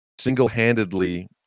single-handedly